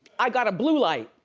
i got a blue light.